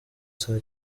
saa